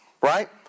right